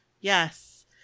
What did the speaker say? Yes